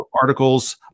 articles